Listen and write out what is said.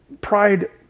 pride